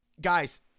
guys